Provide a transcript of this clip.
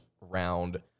round